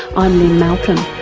i'm lynne malcolm.